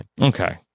Okay